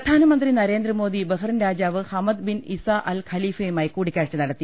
പ്രധാനമന്ത്രി നരേന്ദ്രമോദി ബഹറിൻ രാജാവ് Hamad bin Isa Al ഖലീഫയുമായി കൂടിക്കാഴ്ച നടത്തി